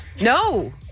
No